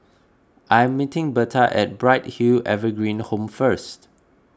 I am meeting Bertha at Bright Hill Evergreen Home first